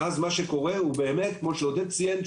ואז מה שקורה הוא באמת כמו שעודד ציין,